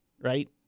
right